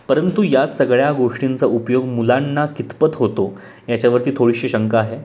परंतु या सगळ्या गोष्टींचा उपयोग मुलांना कितपत होतो याच्यावरती थोडीशी शंका आहे